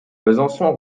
besançon